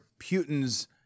putin's